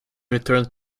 returned